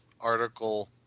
article